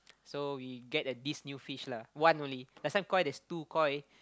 so we get a this new fish lah one only last time koi there's two koi